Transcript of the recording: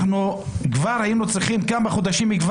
יודע כמה נורווגים היו לך?